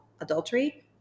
adultery